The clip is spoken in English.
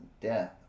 death